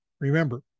Remember